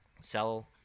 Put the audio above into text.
sell